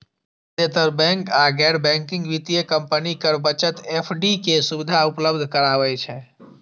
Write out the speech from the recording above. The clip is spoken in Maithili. जादेतर बैंक आ गैर बैंकिंग वित्तीय कंपनी कर बचत एफ.डी के सुविधा उपलब्ध कराबै छै